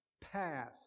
path